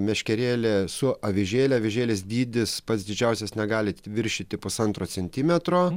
meškerėlė su avižėle avižėlės dydis pats didžiausias negalit viršyti pusantro centimetro